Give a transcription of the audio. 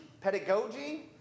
pedagogy